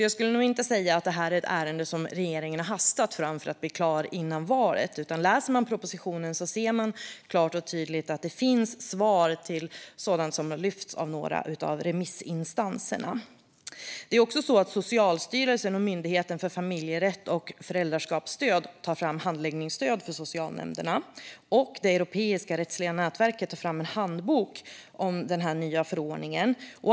Jag skulle alltså inte säga att det här är ett ärende som regeringen har hastat fram för att bli klar före valet, utan om man läser propositionen ser man klart och tydligt att det finns svar till sådant som lyfts av några av remissinstanserna. Socialstyrelsen och Myndigheten för familjerätt och föräldraskapsstöd tar fram handläggningsstöd för socialnämnderna, och Europeiska rättsliga nätverket tar fram en handbok om den nya förordningen.